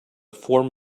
form